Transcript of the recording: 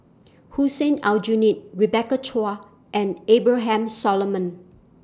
Hussein Aljunied Rebecca Chua and Abraham Solomon